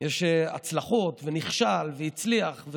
ויש הצלחות, ונכשל והצליח.